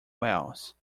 wales